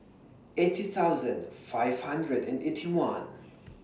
eighty thousand five hundred and Eighty One